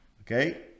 okay